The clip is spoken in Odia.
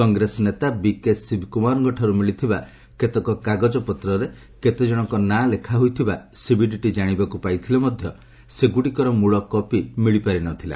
କଂଗ୍ରେସ ନେତା ବିକେ ଶିବକୁମାରଙ୍କଠାରୁ ମିଳିଥିବା କେତେକ କାଗଜପତ୍ରରେ କେତେଜଣଙ୍କ ନାଁ ଲେଖାହୋଇଥିବା ସିବିଡିଟି କ୍ଜାଣିବାକୁ ପାଇଥିଲେ ମଧ୍ୟ ସେଗୁଡ଼ିକର ମୂଳ କପି ମିଳିପାରି ନଥିଲା